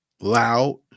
Loud